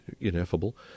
ineffable